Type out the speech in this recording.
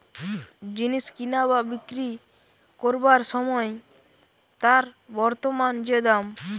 জিনিস কিনা বা বিক্রি কোরবার সময় তার বর্তমান যে দাম